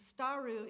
staru